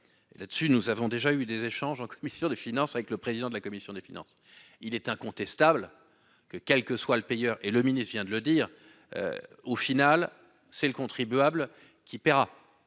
là-dessus. Nous avons déjà eu des échanges en commission de finances avec le président de la commission des finances. Il est incontestable que quel que soit le payeur et le ministre-vient de le dire. Au final, c'est le contribuable qui paiera.